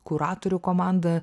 kuratorių komanda